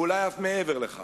ואולי אף מעבר לכך,